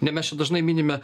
ne mes čia dažnai minime